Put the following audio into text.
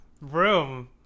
Room